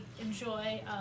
enjoy